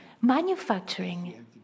Manufacturing